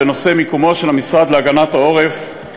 בנושא מיקומו של המשרד להגנת העורף.